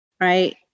right